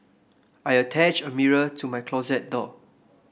I attached a mirror to my closet door